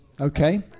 Okay